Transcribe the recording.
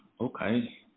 okay